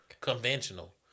conventional